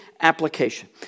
application